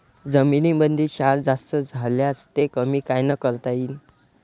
जमीनीमंदी क्षार जास्त झाल्यास ते कमी कायनं करता येईन?